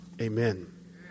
Amen